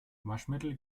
waschmittel